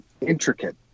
intricate